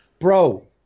Bro